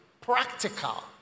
practical